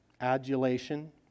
adulation